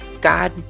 God